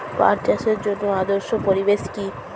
পাট চাষের জন্য আদর্শ পরিবেশ কি?